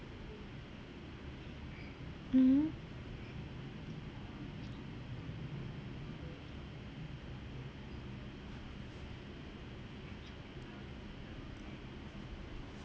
mmhmm